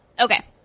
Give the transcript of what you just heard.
Okay